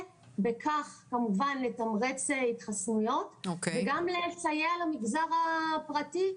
ובכך כמובן לתמרץ אותם להתחסן וגם על מנת לסייע למגזר הפרטי,